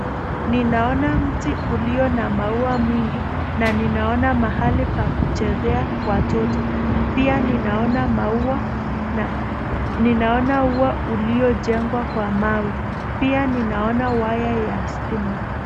Ninaona mti ulio na maua mengi na ninaona mahali pa kuchezea watoto. Pia ninaona maua na ninaona ua lililojengwa kwa mawe. Pia ninaona waya ya stima.